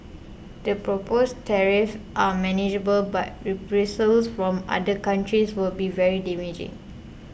the proposed tariffs are manageable but reprisals from other countries would be very damaging